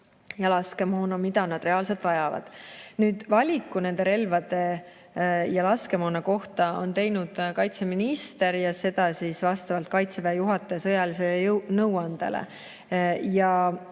ja laskemoona, mida nad reaalselt vajavad. Nende relvade ja laskemoona valiku on teinud kaitseminister, ja seda vastavalt Kaitseväe juhataja sõjalisele nõuandele.